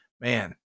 Man